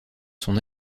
son